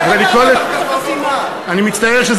החסימה לכנסת התשע-עשרה, אני בעד, תסלח לי.